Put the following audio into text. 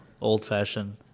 old-fashioned